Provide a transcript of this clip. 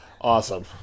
Awesome